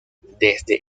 desde